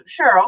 Cheryl